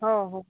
हो हो